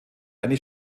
eine